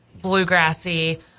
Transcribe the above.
bluegrassy